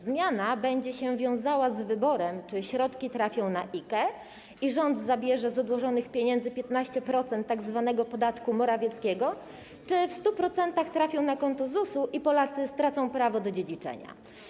Zmiana będzie się wiązała z wyborem, czy środki trafią na IKE i rząd zabierze z odłożonych pieniędzy 15% tzw. podatku Morawieckiego, czy w 100% trafią na konto ZUS-u i Polacy stracą prawo do ich dziedziczenia.